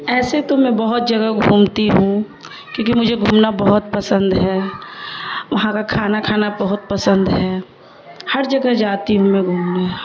ایسے تو میں بہت جگہ گھومتی ہوں کیونکہ مجھے گھومنا بہت پسند ہے وہاں کا کھانا کھانا بہت پسند ہے ہر جگہ جاتی ہوں میں گھومنے